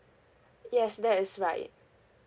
yes that is right